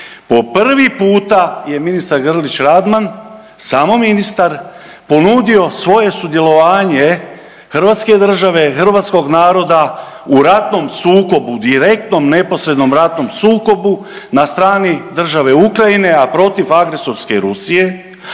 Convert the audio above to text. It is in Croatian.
Po prvi puta je ministar Grlić Radman, samo ministar ponudio svoje sudjelovanje hrvatske države i hrvatskog naroda u ratnom sukobu, direktnom neposrednom ratnom sukobu na strani države Ukrajine, a protiv agresorske Rusije,